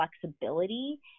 flexibility